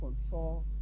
control